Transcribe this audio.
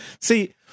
See